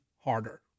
harder